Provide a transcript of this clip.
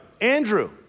Andrew